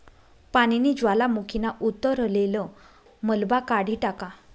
पानीनी ज्वालामुखीना उतरलेल मलबा काढी टाका